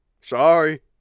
Sorry